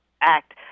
Act